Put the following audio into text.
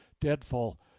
deadfall